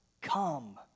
come